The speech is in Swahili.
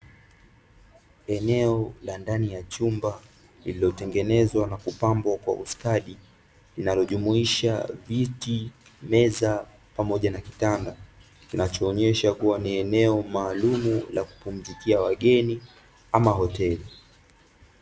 Eneo la ndani ya chumba lililotengenezwa na kupambwa kwa ustadi, linalojumuisha: viti, meza pamoja na kitanda, kinachoonyesha kuwa ni eneo maalumu la kupumzikia wageni ama hoteli.